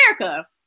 America